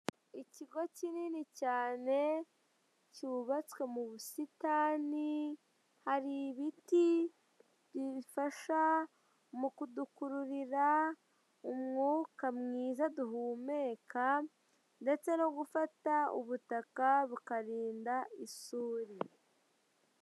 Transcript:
Ikigi kininini cyane cyubatswe mu busitani hari ibiti bifasha mu kudukururira umwuka mwiza duhumeka ndetse no gufata ubutaka bikarinda isuri.